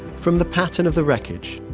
from the pattern of the wreckage,